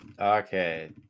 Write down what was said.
okay